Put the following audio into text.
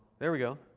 there we go.